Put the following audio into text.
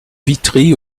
witry